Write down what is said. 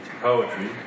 poetry